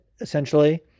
essentially